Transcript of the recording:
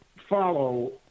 follow